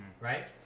right